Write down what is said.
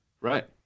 Right